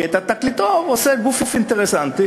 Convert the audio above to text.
כי את התקליטור עושה גוף אינטרסנטי,